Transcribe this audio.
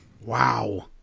Wow